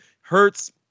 Hurts